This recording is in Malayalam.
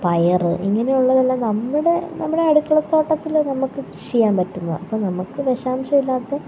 പയർ ഇങ്ങിനെ ഉള്ളതെല്ലാം നമ്മുടെ നമ്മുടെ അടുക്കള തോട്ടത്തിൽ നമ്മൾക്ക് കൃഷി ചെയ്യാൻ പറ്റുന്നതാണ് അപ്പോൾ നമുക്ക് വിഷാംശമില്ലാത്ത